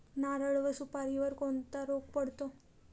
नारळ व सुपारीवर कोणता रोग पडतो?